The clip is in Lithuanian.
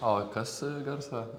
o kas garso